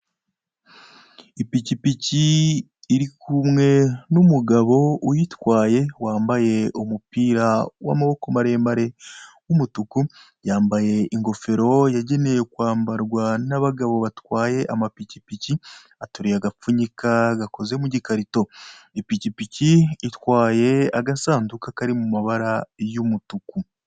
Ipikipiki iri kumwe n'umugabo uyitwaye wambaye umupira w'amaboko maremare w'umutuku, yambaye ingofero yagenewe kwambarwa n'abagabo batwaye amapikipiki ateruye agapfunyika gakoze mu gikarito, ipikipiki itwaye agasanduka kari mu mabara y'umutuku.